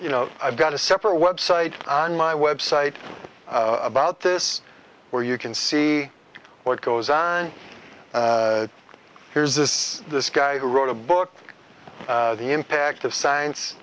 you know i've got a separate website on my website about this where you can see what goes on and here's this this guy who wrote a book the impact of science